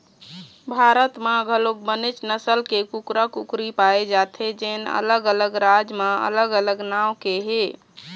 भारत म घलोक बनेच नसल के कुकरा, कुकरी पाए जाथे जेन अलग अलग राज म अलग अलग नांव के हे